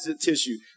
tissue